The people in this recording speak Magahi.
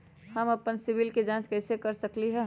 हम अपन सिबिल के जाँच कइसे कर सकली ह?